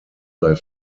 sei